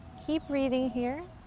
keep breathing here,